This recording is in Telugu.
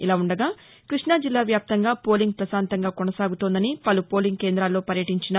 ఇలావుండగా కృష్ణాజిల్లా వ్యాప్తంగా పోలింగ్ పశాంతంగా కొనసాగుతోందని పలు పోలింగ్ కేంద్రాలలో పర్యటీంచిన